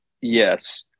yes